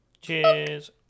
Cheers